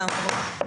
תרנגולות.